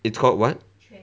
it's called what